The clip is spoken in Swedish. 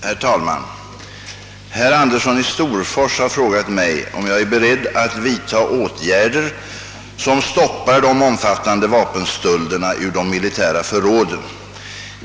Herr talman! Herr Andersson i Storfors har frågat mig, om jag är beredd att vidtaga åtgärder som stoppar de omfattande vapenstölderna ur de militära förråden.